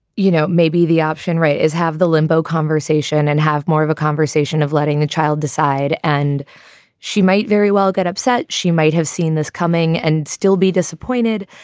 you know, maybe the option, right, is have the limbo conversation and have more of a conversation of letting the child decide and she might very well get upset. she might have seen this coming and still be disappointed.